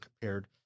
compared